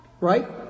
right